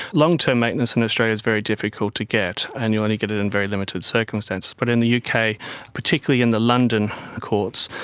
long-term maintenance in australia is very difficult to get, and you'll only get it in very limited circumstances. but in the uk, particularly in the london courts,